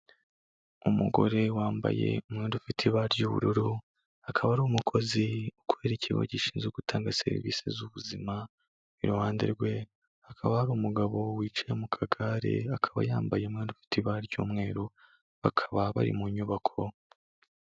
Umugore wambaye umwenda ufite ibara ry'ubururu, akaba ari umukozi ukorera ikigo gishinzwe gutanga serivisi z'ubuzima, iruhande rwe hakaba hari umugabo wicaye mu kagare akaba yambaye umwenda ufite ibara ry'umweru bakaba bari mu nyubako.